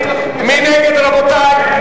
הכנסת טיבייב,